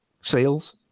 sales